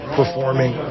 performing